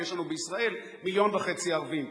ויש לנו בישראל 1.5 מיליון ערבים.